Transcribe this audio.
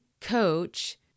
coach